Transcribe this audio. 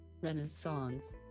Renaissance